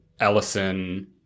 Ellison